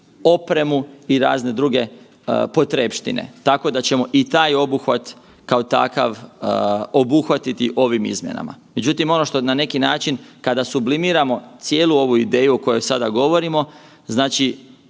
opremu i razne druge potrepštine, tako da ćemo i taj obuhvat kao takav obuhvatiti ovim izmjenama. Međutim ono što na neki način kada sublimiramo cijelu ovu ideju o kojoj sada govorimo, znači